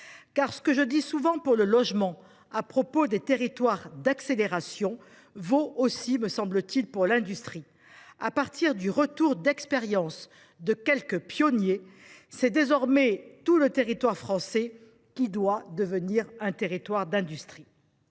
Ce que je dis souvent pour le logement à propos des « territoires d’accélération » vaut aussi, me semble t il, pour l’industrie. À partir du retour d’expérience de quelques pionniers, c’est désormais tout le territoire français qui doit devenir un territoire d’industrie.